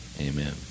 Amen